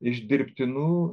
iš dirbtinų